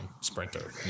sprinter